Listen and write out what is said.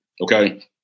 Okay